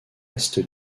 est